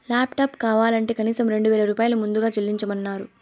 laptop కావాలంటే కనీసం రెండు వేల రూపాయలు ముందుగా చెల్లించమన్నరు